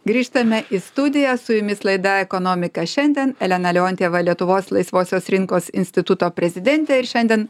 grįžtame į studiją su jumis laida ekonomika šiandien elena leontjeva lietuvos laisvosios rinkos instituto prezidentė ir šiandien